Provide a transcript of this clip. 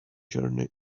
journey